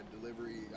Delivery